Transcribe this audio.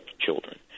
children